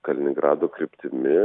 kaliningrado kryptimi